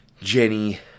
Jenny